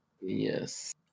Yes